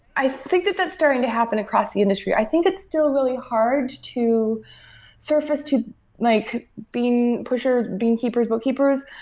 i think that that's starting to happen across the industry. i think it's still really hard to surface to like being pushers being keepers, bookkeepers,